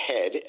Head